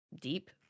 Deep